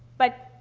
but,